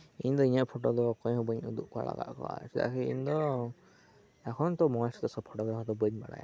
ᱤᱧ ᱫᱚ ᱤᱧᱟᱹᱜ ᱯᱷᱳᱴᱳ ᱫᱚ ᱚᱠᱚᱭᱦᱚᱸ ᱵᱟᱹᱧ ᱩᱫᱩᱜ ᱟᱠᱟᱫ ᱠᱚᱣᱟ ᱪᱮᱫᱟᱜ ᱥᱮ ᱮᱠᱷᱚᱱ ᱛᱚ ᱢᱚᱸᱡᱽ ᱛᱮ ᱯᱷᱳᱴᱳ ᱫᱚ ᱦᱚᱭᱛᱳ ᱵᱟᱹᱧ ᱵᱟᱲᱟᱭᱟ